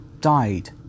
died